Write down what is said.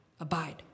abide